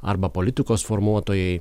arba politikos formuotojai